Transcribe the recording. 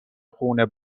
خون